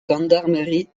gendarmerie